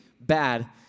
bad